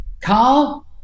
Carl